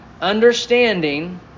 understanding